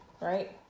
right